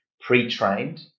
pre-trained